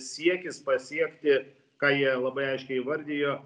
siekis pasiekti ką jie labai aiškiai įvardijo